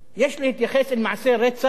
יש להתייחס למעשי רצח